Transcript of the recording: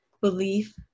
belief